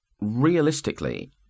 Realistically